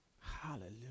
hallelujah